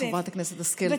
חברת הכנסת השכל,